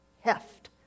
heft